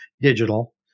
digital